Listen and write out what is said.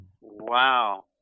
Wow